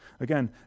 Again